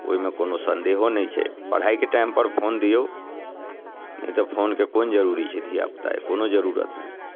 ओहिमे कोनो संदेहो नहि छै पढ़ाइके टाइमपर फोन दियौ नहि तऽ फोनके कोन जरूरी छै धियापुताके कोनो जरूरत नहि